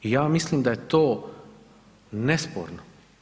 I ja mislim da je to nesporno.